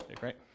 right